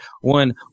one